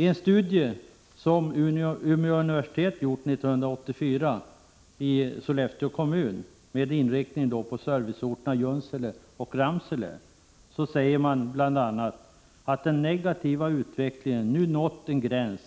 I en studie som Umeå universitet gjorde 1984 i Sollefteå kommun, med inriktning på serviceorterna Junsele och Ramsele, säger man bl.a. att den negativa utvecklingen nu nått en gräns